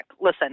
Listen